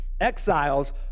Exiles